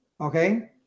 okay